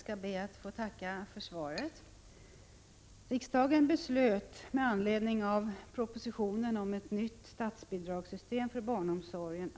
Herr talman!